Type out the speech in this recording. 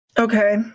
Okay